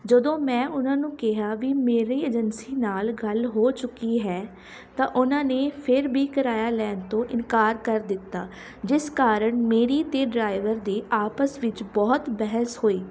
ਜਦੋਂ ਮੈਂ ਉਹਨਾਂ ਨੂੰ ਕਿਹਾ ਵੀ ਮੇਰੀ ਏਜੰਸੀ ਨਾਲ ਗੱਲ ਹੋ ਚੁੱਕੀ ਹੈ ਤਾਂ ਉਹਨਾਂ ਨੇ ਫਿਰ ਵੀ ਕਿਰਾਇਆ ਲੈਣ ਤੋਂ ਇਨਕਾਰ ਕਰ ਦਿੱਤਾ ਜਿਸ ਕਾਰਨ ਮੇਰੀ ਅਤੇ ਡਰਾਈਵਰ ਦੀ ਆਪਸ ਵਿੱਚ ਬਹੁਤ ਬਹਿਸ ਹੋਈ